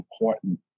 important